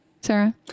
Sarah